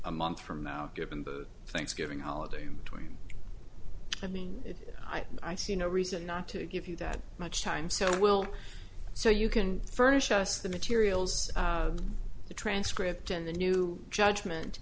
a month from now given the thanksgiving holiday in between i mean if i see no reason not to give you that much time so we'll so you can furnish us the materials the transcript and the new judgment